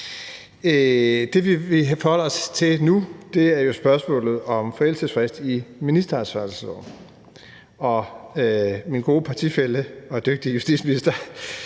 Det, vi forholder os til nu, er jo spørgsmålet om forældelsesfrist i ministeransvarlighedsloven, og min gode partifælle og dygtige justitsminister,